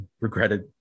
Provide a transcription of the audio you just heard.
regretted